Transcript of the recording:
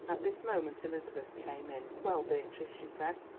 at this moment elizabeth came in. well, beatrice, she said,